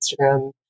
Instagram